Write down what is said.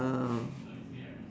um